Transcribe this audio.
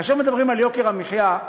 כאשר מדברים על יוקר המחיה,